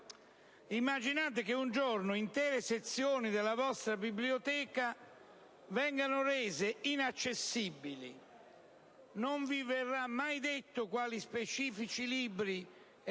Immaginate che un giorno intere sezioni della vostra biblioteca vengano rese inaccessibili. Non vi verrà mai detto quali specifici libri